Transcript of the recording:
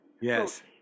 Yes